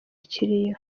ikiriyo